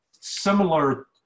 similar